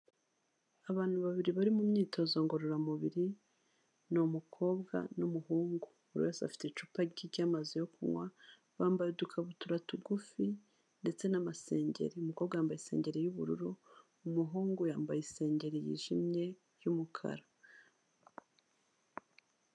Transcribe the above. Abantu babiri bari mu myitozo ngororamubiri, ni umukobwa n'umuhungu buri wese afite icupa rye ry'amazi yo kunywa, bambaye udukabutura tugufi ndetse n'amasengeri, umukobwa yambaye isengeri y'ubururu umuhungu yambaye isengeri yijimye y'umukara.